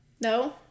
no